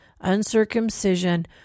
uncircumcision